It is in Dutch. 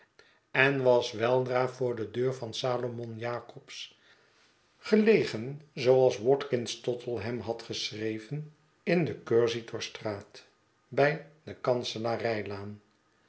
en was weldra voor de deur van salomon jacobs gelegen zooals watkins tottle hem had geschreven in de cur sitor straat bij de kanselarijlaan